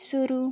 शुरू